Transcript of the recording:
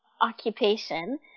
occupation